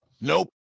nope